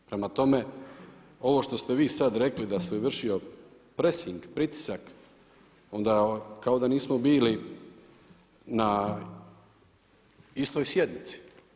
Prema tome, ovo što ste vi sad rekli da se vršio presing, pritisak onda kao da nismo bili na istoj sjednici.